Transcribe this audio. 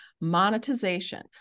Monetization